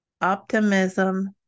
optimism